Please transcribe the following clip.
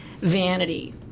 vanity